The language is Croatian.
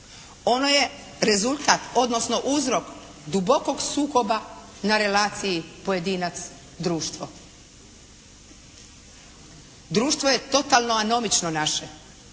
Ono je rezultat, odnosno uzrok dubokog sukoba na relaciji pojedinac društvo. Društvo je totalno anomično naše